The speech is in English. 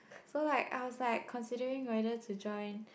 so like I was like considering whether to join